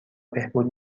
بهبود